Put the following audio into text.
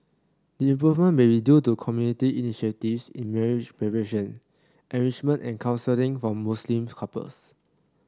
the improvement may be due to community initiatives in marriage preparation enrichment and counselling for Muslim couples